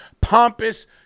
pompous